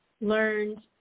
learned